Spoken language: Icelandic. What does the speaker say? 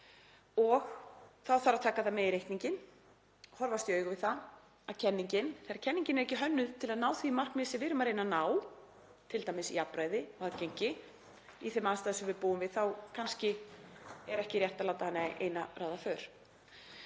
Þá þarf að taka það með í reikninginn, horfast í augu við það, að þegar kenningin er ekki hönnuð til að ná því markmiði sem við erum að reyna að ná, t.d. jafnræði og aðgengi í þeim aðstæðum sem við búum við, þá er kannski ekki rétt að láta hana eina ráða för.